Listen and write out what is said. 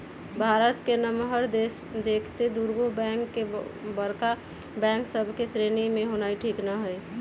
भारत के नमहर देखइते दुगो बैंक के बड़का बैंक सभ के श्रेणी में होनाइ ठीक न हइ